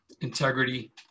integrity